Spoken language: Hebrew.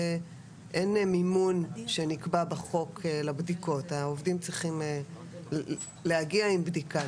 אין מימון שנקבע בחוק לבדיקות והעובדים צריכים להגיע עם בדיקה.